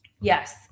yes